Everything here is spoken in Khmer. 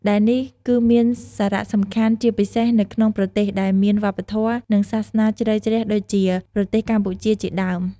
ដែលនេះគឺមានសារៈសំខាន់ជាពិសេសនៅក្នុងប្រទេសដែលមានវប្បធម៌ និងសាសនាជ្រៅជ្រះដូចជាប្រទេសកម្ពុជាជាដើម។